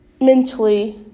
mentally